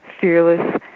fearless